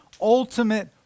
ultimate